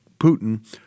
Putin